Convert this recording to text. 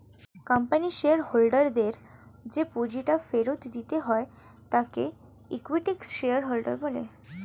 কোম্পানির শেয়ার হোল্ডারদের যে পুঁজিটা ফেরত দিতে হয় তাকে ইকুইটি বলা হয়